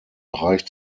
bereich